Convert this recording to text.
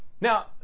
Now